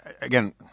again